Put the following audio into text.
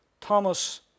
Thomas